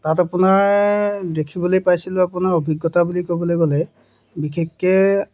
তাত আপোনাৰ দেখিবলৈ পাইছিলোঁ আপোনাৰ অভিজ্ঞতা বুলি ক'বলৈ গ'লে বিশেষকৈ